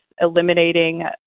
eliminating